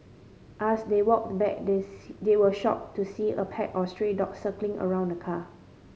as they walked back they see they were shocked to see a pack of stray dogs circling around the car